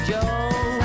Joe